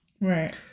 right